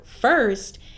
first